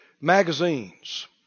magazines